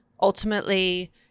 ultimately